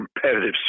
competitive